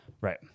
Right